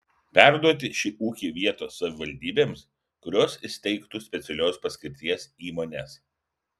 perduoti šį ūkį vietos savivaldybėms kurios įsteigtų specialios paskirties įmones